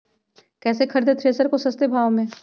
कैसे खरीदे थ्रेसर को सस्ते भाव में?